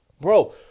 Bro